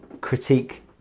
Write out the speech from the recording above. critique